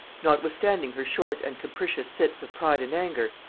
notwithstanding her short and capricious fits of pride and anger,